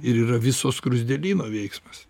ir yra viso skruzdėlyno veiksmas